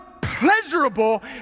pleasurable